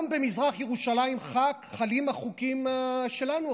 גם במזרח ירושלים חלים החוקים שלנו,